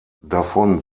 davon